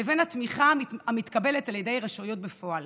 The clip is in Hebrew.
לבין התמיכה המתקבלת מהרשויות בפועל.